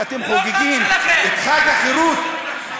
שאתם חוגגים את חג החירות,